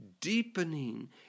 deepening